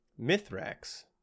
mithrax